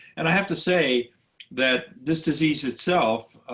and i have to say that this disease itself,